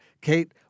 Kate